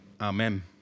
Amen